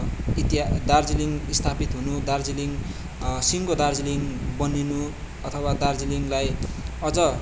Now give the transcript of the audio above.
इतिहा दार्जिलिङ स्थापित हुनु दार्जिलिङ सिङ्गो दार्जिलिङ बनिनु अथवा दार्जिलिङलाई अझ